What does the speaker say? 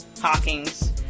hawking's